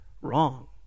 wrong